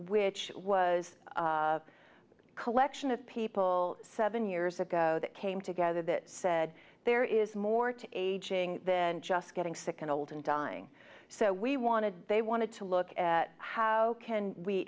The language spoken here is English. which was a collection of people seven years ago that came together that said there is more to aging then just getting sick and old and dying so we want to do they want to look at how can we